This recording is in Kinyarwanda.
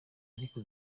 ariko